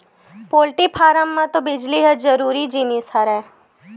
poultry farm म तो बिजली ह जरूरी जिनिस हरय